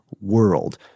world